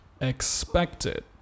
expected